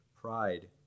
pride